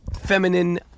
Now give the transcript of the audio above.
feminine